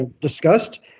discussed